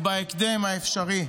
ובהקדם האפשרי.